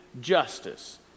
justice